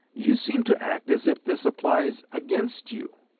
you seem to act as if this applies against you,